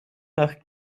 nach